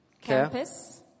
campus